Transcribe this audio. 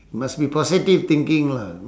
must be positive thinking lah